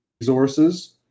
resources